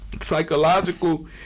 psychological